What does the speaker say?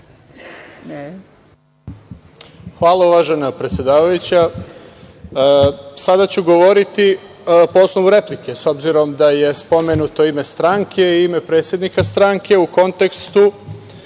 Hvala, uvažena predsedavajuća. Sada ću govoriti po osnovu replike, s obzirom da je spomenuto ime stranke, ime predsednika stranke u kontekstu